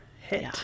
hit